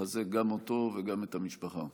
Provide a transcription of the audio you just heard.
מחזק גם אותו וגם את המשפחה.